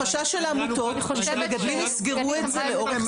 החשש שלנו כאן הוא שהמגדלים יסגרו את זה לאורך זמן.